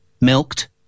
milked